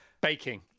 Baking